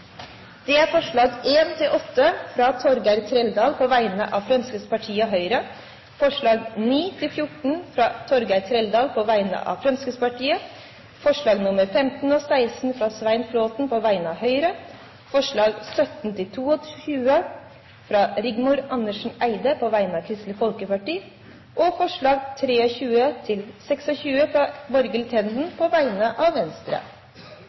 fram 26 forslag. Det er forslagene nr. 1–8, fra Torgeir Trældal på vegne av Fremskrittspartiet og Høyre forslagene nr. 9–14, fra Torgeir Trældal på vegne av Fremskrittspartiet forslagene nr. 15 og 16, fra Svein Flåtten på vegne av Høyre forslagene nr. 17–22, fra Rigmor Andersen Eide på vegne av Kristelig Folkeparti forslagene nr. 23–26, fra Borghild Tenden på vegne av Venstre